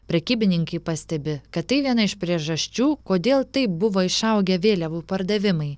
prekybininkai pastebi kad tai viena iš priežasčių kodėl taip buvo išaugę vėliavų pardavimai